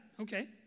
Okay